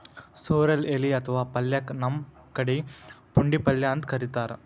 sorrel ಎಲಿ ಅಥವಾ ಪಲ್ಯಕ್ಕ್ ನಮ್ ಕಡಿ ಪುಂಡಿಪಲ್ಯ ಅಂತ್ ಕರಿತಾರ್